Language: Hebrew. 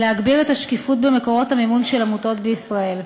להגביר את השקיפות במקורות המימון של עמותות בישראל.